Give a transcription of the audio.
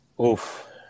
Oof